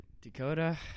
Dakota